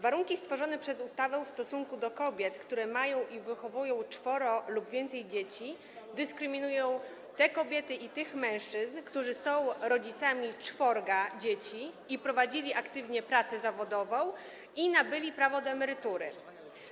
Warunki stworzone przez ustawę w odniesieniu do kobiet, które mają i wychowują czworo lub więcej dzieci, dyskryminują te kobiety i tych mężczyzn, którzy są rodzicami czworga dzieci, aktywnie prowadzili pracę zawodową i nabyli prawo do emerytury.